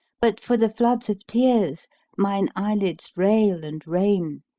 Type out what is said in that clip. but for the foods of tears mine eyelids rail and rain,